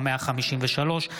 הצעת חוק התכנון והבנייה (הוראת שעה) (תיקון מס' 153),